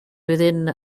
within